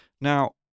Now